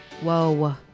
Whoa